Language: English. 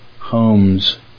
homes